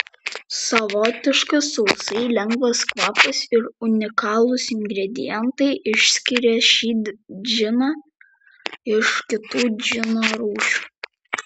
savotiškas sausai lengvas kvapas ir unikalūs ingredientai išskiria šį džiną iš kitų džino rūšių